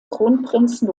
kronprinzen